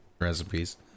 Recipes